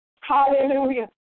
Hallelujah